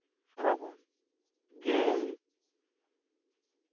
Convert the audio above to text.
ᱥᱨᱟᱵᱚᱱ ᱜᱮᱞ